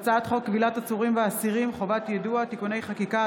הצעת חוק כבילת עצורים ואסירים (חובת יידוע) (תיקוני חקיקה),